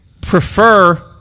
prefer